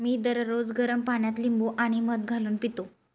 मी दररोज गरम पाण्यात लिंबू आणि मध घालून पितो